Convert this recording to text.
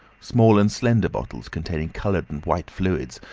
small and slender bottles containing coloured and white fluids,